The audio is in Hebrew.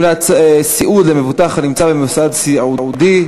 גמלת סיעוד למבוטח הנמצא במוסד סיעודי),